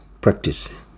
practice